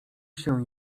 się